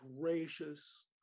gracious